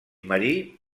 marí